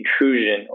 intrusion